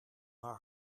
haar